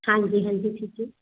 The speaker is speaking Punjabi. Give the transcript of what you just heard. ਹਾਂਜੀ ਹਾਂਜੀ ਠੀਕ ਏ